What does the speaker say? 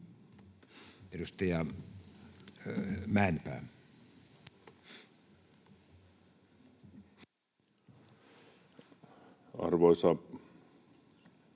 Edustaja Mäenpää. Arvoisa